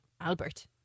Albert